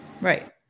Right